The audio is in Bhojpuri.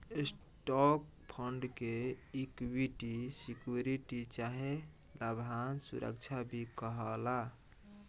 स्टॉक फंड के इक्विटी सिक्योरिटी चाहे लाभांश सुरक्षा भी कहाला